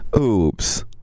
oops